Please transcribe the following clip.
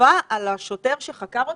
חובה על השוטר שחקר אותם,